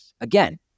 Again